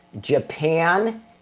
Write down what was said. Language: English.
Japan